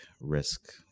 risk